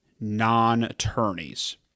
non-attorneys